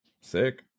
Sick